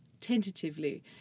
Tentatively